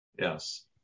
Yes